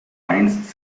einst